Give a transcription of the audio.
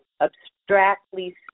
abstractly